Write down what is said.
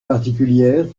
particulières